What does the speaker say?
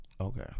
Okay